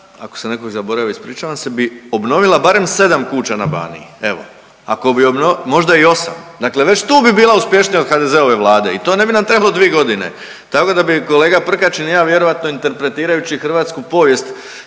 ako sam nekog zaboravio ispričavam se, bi obnovila barem sedam kuća na Baniji evo, ako bi možda i osam, dakle već tu bi bila uspješnija od HDZ-ove vlade i to ne bi nam trebalo dvi godine. Tako da bi kolega Prkačin i ja vjerojatno interpretirajući hrvatsku povijest